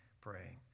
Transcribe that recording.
praying